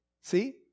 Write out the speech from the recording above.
see